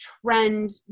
trend